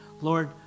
Lord